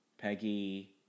Peggy